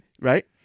Right